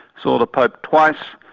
saw the pope twice,